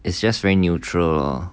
it's just very neutral lor